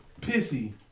Pissy